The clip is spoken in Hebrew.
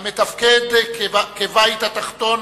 המתפקד כבית התחתון